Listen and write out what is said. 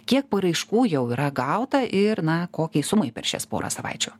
kiek paraiškų jau yra gauta ir na kokiai sumai per šias porą savaičių